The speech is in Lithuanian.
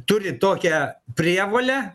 turi tokią prievolę